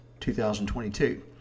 2022